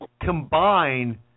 Combine